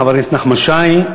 חבר הכנסת נחמן שי,